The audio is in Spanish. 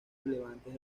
relevantes